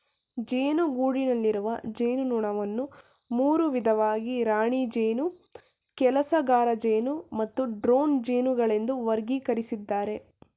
ಜೇನುಗೂಡಿನಲ್ಲಿರುವ ಜೇನುನೊಣವನ್ನು ಮೂರು ವಿಧವಾಗಿ ರಾಣಿ ಜೇನು ಕೆಲಸಗಾರಜೇನು ಮತ್ತು ಡ್ರೋನ್ ಜೇನುಗಳೆಂದು ವರ್ಗಕರಿಸಿದ್ದಾರೆ